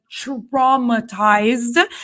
traumatized